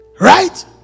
right